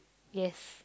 yes